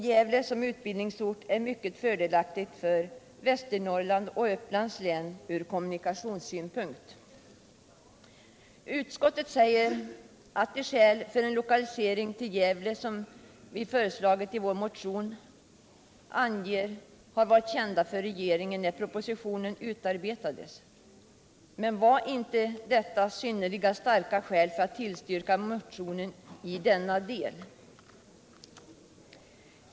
Gävle som utbildningsort är mycket fördelaktigt för såväl Västernorrland som Uppland ur kommunikationssynpunkt. Utskottet säger att de skäl för en lokalisering till Gävle som motio närerna anger har varit kända för regeringen när propositionen utarbetades Nr 56 — men var inte detta synnerligen starka skäl för att tillstyrka motionerna i denna del?